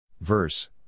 Verse